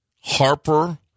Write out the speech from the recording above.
Harper